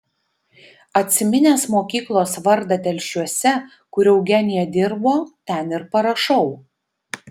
atsiminęs mokyklos vardą telšiuose kur eugenija dirbo ten ir parašau